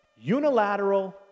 unilateral